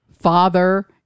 father